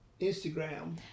Instagram